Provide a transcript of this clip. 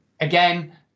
again